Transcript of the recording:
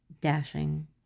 Dashing